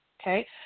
okay